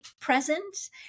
present